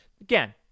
again –